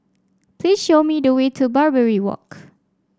please show me the way to Barbary Walk